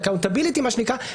מה שנקרא,